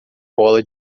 bola